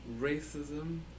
racism